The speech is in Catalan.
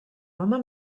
home